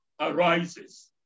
arises